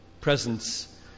presence